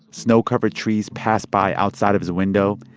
snow covered trees pass by outside of his window.